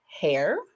hair